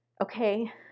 Okay